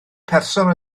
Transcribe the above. person